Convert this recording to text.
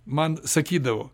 man sakydavo